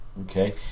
Okay